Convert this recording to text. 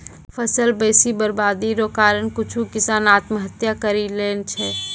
फसल बेसी बरवादी रो कारण कुछु किसान आत्महत्या करि लैय छै